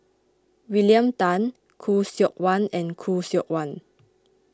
William Tan Khoo Seok Wan and Khoo Seok Wan